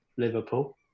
Liverpool